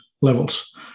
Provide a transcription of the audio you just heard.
levels